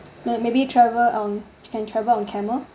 like maybe travel on can travel on camel